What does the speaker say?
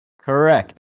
Correct